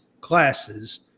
classes